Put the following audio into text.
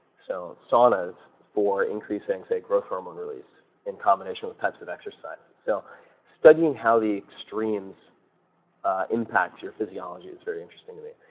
so saunas for increasing growth hormone release in combination with types of exercises. so studying how the extremes impact your physiology is very interesting to me.